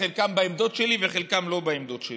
חלקם בעמדות שלי וחלקם לא בעמדות שלי,